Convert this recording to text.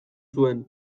zuen